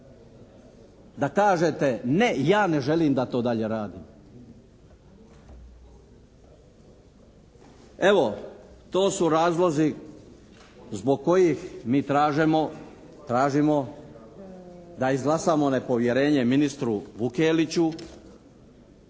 da kažete ne, ja ne želim da to dalje radim. Evo, to su razlozi zbog kojih mi tražimo da izglasamo nepovjerenje ministru Vukeliću,